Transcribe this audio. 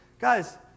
Guys